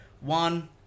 One